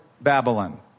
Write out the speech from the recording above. Babylon